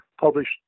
published